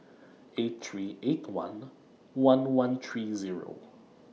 eight three eight one one one three Zero